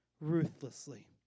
ruthlessly